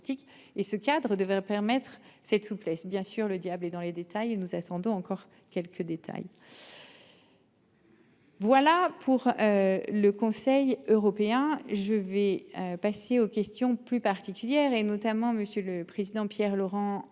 et ce cadre devrait permettre cette souplesse bien sûr, le diable est dans les détails et nous attendons encore quelques détails.-- Voilà pour. Le Conseil européen. Je vais passer aux questions plus particulières et notamment monsieur le président, Pierre Laurent